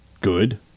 Good